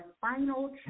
final